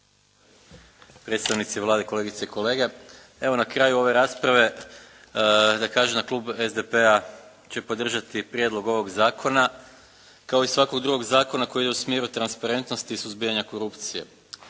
predstavnici Vlade, kolegice i kolege. Evo, na kraju ove rasprave da kažem da klub SDP-a će podržati prijedlog ovog zakona kao i svakog drugog zakona koji je u smjeru transparentnosti i suzbijanja korupcije.